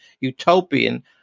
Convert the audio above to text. utopian